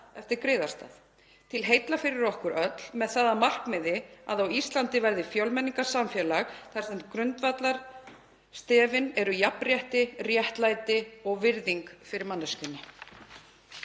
eftir griðastað til heilla fyrir okkur öll, með það að markmiði að á Íslandi verði fjölmenningarsamfélag þar sem grundvallarstefin eru jafnrétti, réttlæti og virðing fyrir manneskjunni.